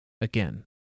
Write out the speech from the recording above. Again